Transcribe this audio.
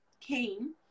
came